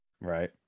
right